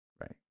Right